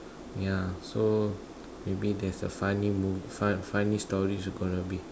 ya so maybe there's a funny moment funny story there is going to be